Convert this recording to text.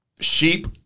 sheep